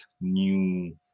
new